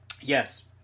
Yes